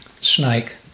snake